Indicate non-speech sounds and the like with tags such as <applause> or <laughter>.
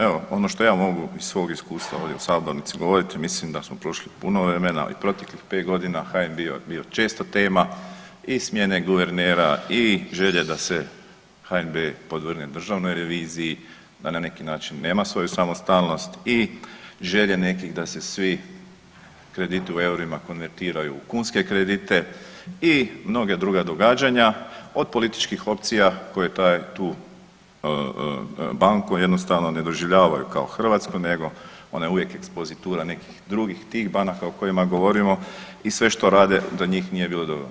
Evo, ono što ja mogu iz svog iskustva ovdje u sabornici govoriti, mislim da smo prošli puno vremena i proteklih 5 godina, ... <unintelligible> bio često tema i smjene guvernera i želje da se HNB podvrgne državnoj reviziji, da na neki način nema svoju samostalnost i želje nekih da se svi krediti u eurima konvertiraju u kunske kredite i mnoge druga događanja, od političkih opcija koje tu banku jednostavno ne doživljavaju kao hrvatsku nego ona je uvijek ekspozitura nekih drugih tih banaka o kojima govorimo i sve što rade, za njih nije bilo dobro.